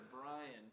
Brian